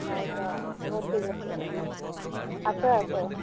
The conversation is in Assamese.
হয় ছাৰ অঁ হ'ব ঠিক আছে আছে আছে